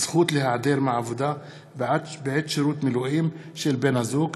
(זכות להיעדר מעבודה בעת שירות מילואים של בן-הזוג),